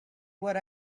what